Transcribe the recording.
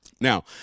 Now